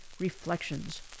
reflections